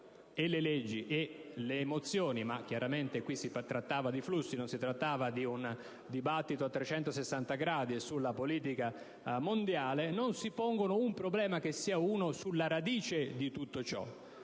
le leggi che le mozioni - anche se chiaramente qui si parla dei flussi migratori e non di un dibattito a 360 gradi sulla politica mondiale - non si pongono un problema che sia uno sulla radice di tutto ciò.